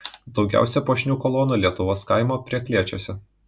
daugiausia puošnių kolonų lietuvos kaimo prieklėčiuose